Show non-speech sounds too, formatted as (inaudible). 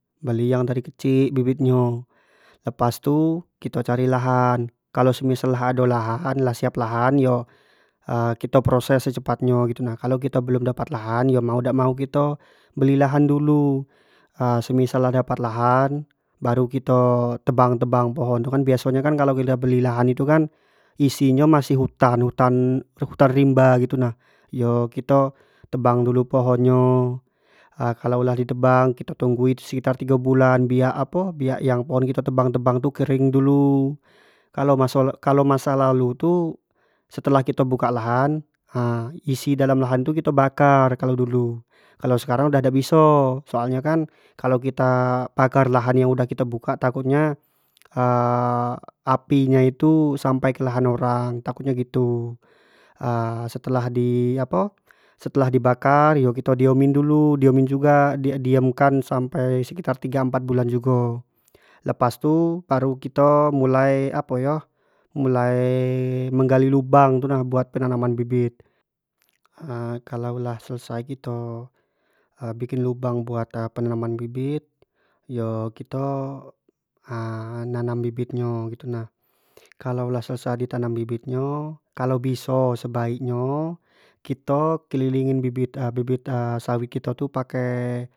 Beli yang dari kecik bibit nyo, lepas tu kito cari lahan kalau semisal nyo lah ado lahan, lah siap lahan yo (hesitation) kito proses secepat nyo gitu nah, kalau kito belum dapat lahan yo mau dak mau kito beli lahan dulu (hesitation) semisal nyo dapat lahan baru kito tebang-tebang pohon tu kan biaso nyo tu kan kalau kito beli-beli lahan tu kan isi nyo masih hutan, hutan rimba itu nah, iyo kito tebang dulu pohon nyo (hesitation) kalau lah di tebang kito tunggui sekitar tigo bulan biak apo, biak pohon yang kito tebang-tebang tu kering dulu, kalau maso la masa lalu tu, setelah kito buka lahan isi dalam lahan tu kito bakar kalo dulu, kalau sekarang dah dak biso, soalnyo kan kalau kito bakar lahan yang sudah kito buka takut ny (hesitation) api nyo tu sampai ke lahan orang takutnyo sih gitu, setelah di setelah di apo dibakar yo kito diamin dulu, diamin juga dulu kan samapi sekitar tiga empat bulan jugo. lepas tu mulai kito, mulai apo yo, mulai menggali lubang gtu nah, buat penanaman bibit (hesitation) kalau lah selesai kito, (hesitation) buar lubang buat penanaman bibit yo kito (hesitation) nanam bibit nyo (hesitation) kalau lah seselai nanam bibit nyo sebaik nyo kito kelilingin, bibit, bibit sawit kito tu pake.